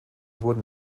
wurden